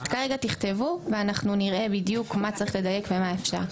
כרגע תכתבו ואנחנו נראה בדיוק מה צריך לדייק ומה אפשר.